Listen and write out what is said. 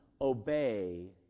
obey